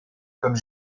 comme